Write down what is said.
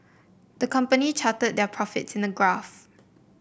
the company charted their profits in a graph